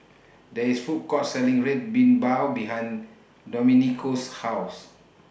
There IS Food Court Selling Red Bean Bao behind Domenico's House